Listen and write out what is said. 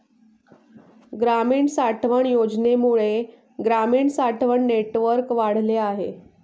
ग्रामीण साठवण योजनेमुळे ग्रामीण साठवण नेटवर्क वाढले आहे